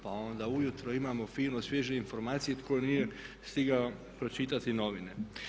Pa onda ujutro imamo fine svježe informacije, tko nije stigao pročitati novine.